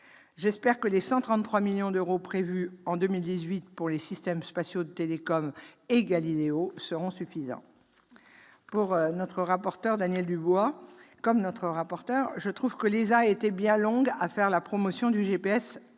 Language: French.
J'espère que les 133 millions d'euros prévus en 2018 pour les systèmes spatiaux de télécommunications et Galileo seront suffisants. Comme notre rapporteur Daniel Dubois, je trouve que l'ESA a été bien longue à faire la promotion du GPS européen,